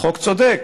חוק צודק,